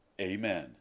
Amen